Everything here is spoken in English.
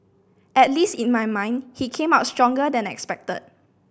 at least in my mind he came out stronger than expected